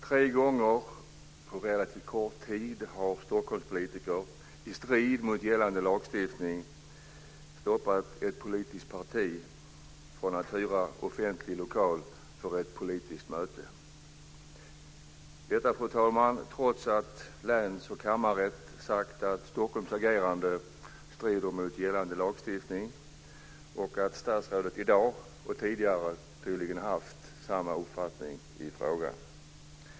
Tre gånger på relativt kort tid har Stockholmspolitiker i strid med gällande lagstiftning hindrat ett politiskt parti från att hyra offentlig lokal för ett politiskt möte. Detta, fru talman, trots att läns och kammarrätt sagt att Stockholms agerande strider mot gällande lagstiftning och att statsrådet i dag, och tydligen också tidigare, haft samma uppfattning i frågan.